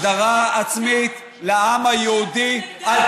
הגדרה עצמית לעם היהודי, ישראל לא ציונית.